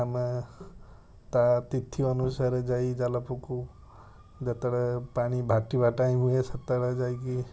ଆମେ ତା'ତିଥି ଅନୁସାରେ ଯାଇ ଜାଲ ପକାଉ ଯେତେବେଳେ ପାଣି ବାଟିବା ଟାଇମ୍ ହୁଏ ସେତେବେଳେ ଯାଇକି